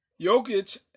Jokic